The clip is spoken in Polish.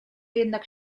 jednak